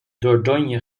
dordogne